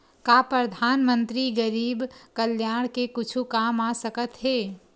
का परधानमंतरी गरीब कल्याण के कुछु काम आ सकत हे